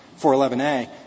411A